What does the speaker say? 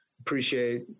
appreciate